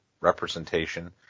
representation